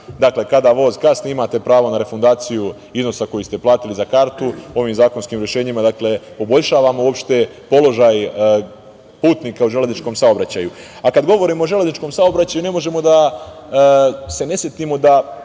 Dakle, kada voz kasni imate pravo na refundaciju iznosa koji ste platili za kartu. Ovim zakonskim rešenjima poboljšavamo uopšte položaj putnika u železničkom saobraćaju. Kada govorimo o železničkom saobraćaju, ne možemo da se ne setimo da